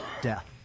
death